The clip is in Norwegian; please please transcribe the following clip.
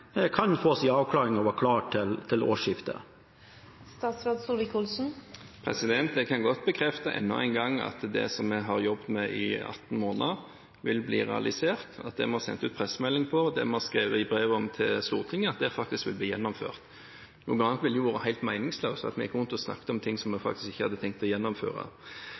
kan få sin avklaring og være klare til årsskiftet? Jeg kan godt bekrefte enda en gang at det som vi har jobbet med i 18 måneder, vil bli realisert, at det vi har sendt ut pressemelding om, at det vi har skrevet om i brev til Stortinget, faktisk vil bli gjennomført. Noe annet ville jo ha vært helt meningsløst, at vi gikk rundt og snakket om ting som vi faktisk ikke hadde tenkt å gjennomføre.